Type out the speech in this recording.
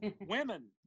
Women